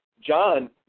John